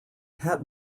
hat